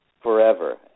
forever